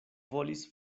volis